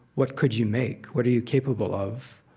what could you make? what are you capable of?